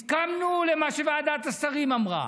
הסכמנו למה שוועדת השרים אמרה.